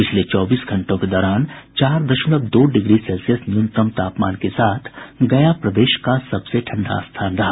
पिछले चौबीस घंटों के दौरान चार दशमलव दो डिग्री सेल्सियस न्यूनतम तापमान के साथ गया प्रदेश का सबसे ठंड स्थान रहा